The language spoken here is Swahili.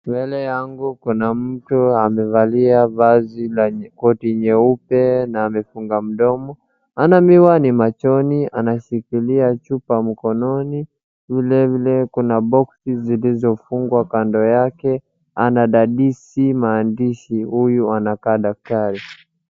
Kuna mtu amevalia vazi la koti nyeupe na amefunga mdomo, ana miwani machoni anashikilia chupa mkononi, vilevile kuna boksi zilizofungwa kando yake, anadadisi maandishi. Huyu anakaa daktari.